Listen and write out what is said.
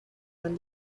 and